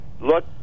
Look